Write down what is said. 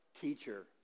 teacher